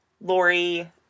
Lori